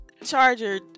charger